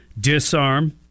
disarm